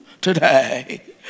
today